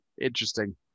interesting